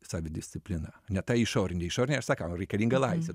savidisciplina ne ta išorinė išorinė aš sakau reikalinga laisvė